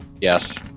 Yes